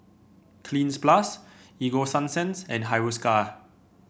Cleanz Plus Ego Sunsense and Hiruscar